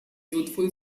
youthful